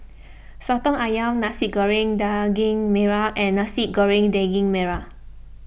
Soto Ayam Nasi Goreng Daging Merah and Nasi Goreng Daging Merah